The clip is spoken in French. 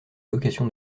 location